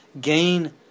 gain